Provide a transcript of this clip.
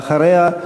אחריה,